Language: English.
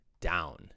down